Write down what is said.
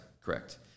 correct